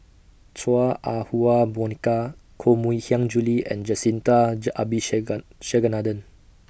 Chua Ah Huwa Monica Koh Mui Hiang Julie and Jacintha